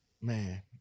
Man